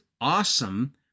awesome